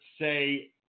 say